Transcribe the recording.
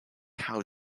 how